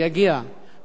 בתוך שנתיים